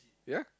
yeah